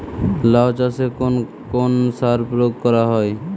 লাউ চাষে কোন কোন সার প্রয়োগ করা হয়?